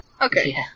Okay